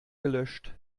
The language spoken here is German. gelöscht